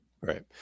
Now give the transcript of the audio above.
Right